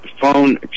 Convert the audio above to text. phone